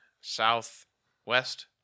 southwest